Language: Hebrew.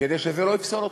כדי שזה לא יפסול אתכן.